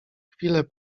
chwilę